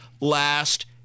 last